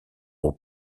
aux